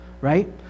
Right